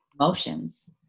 emotions